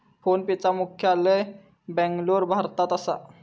फोनपेचा मुख्यालय बॅन्गलोर, भारतात असा